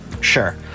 Sure